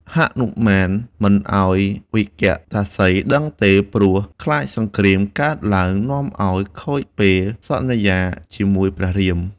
ហនុមានមិនឱ្យវិកតាសីដឹងទេ ព្រោះខ្លាចសង្គ្រាមកើតឡើង នាំឱ្យខូចពេលសន្យាជាមួយព្រះរាម។